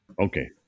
Okay